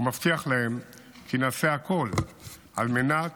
ומבטיח להם כי נעשה הכול על מנת